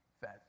fed